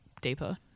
deeper